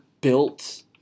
built